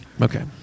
Okay